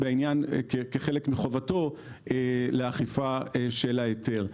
כחלק מחובתו לאכיפת ההיתר.